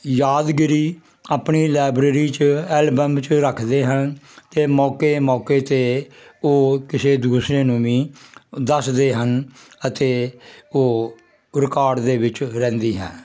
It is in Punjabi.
ਯਾਦਗਿਰੀ ਆਪਣੀ ਲਾਇਬਰੇਰੀ 'ਚ ਐਲਬਮ 'ਚ ਰੱਖਦੇ ਹਨ ਅਤੇ ਮੌਕੇ ਮੌਕੇ 'ਤੇ ਉਹ ਕਿਸੇ ਦੂਸਰੇ ਨੂੰ ਵੀ ਦੱਸਦੇ ਹਨ ਅਤੇ ਉਹ ਰਿਕਾਰਡ ਦੇ ਵਿੱਚ ਰਹਿੰਦੀ ਹੈ